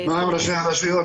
מה עם ראשי הרשויות?